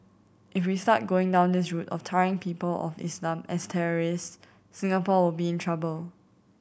if we start going down this route of tarring people of Islam as terrorists Singapore will be in trouble